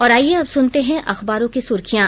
और आइये अब सुनते हैं अखबारों की सुर्खियां